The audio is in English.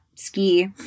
ski